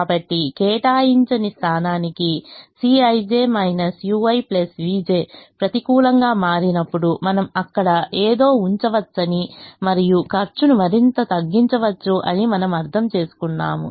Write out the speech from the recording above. కాబట్టి కేటాయించని స్థానానికి Cij ui vj ప్రతికూలంగా మారినప్పుడు మనం అక్కడ ఏదో ఉంచవచ్చని మరియు ఖర్చును మరింత తగ్గించవచ్చు అని మనము అర్థం చేసుకున్నాము